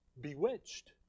Bewitched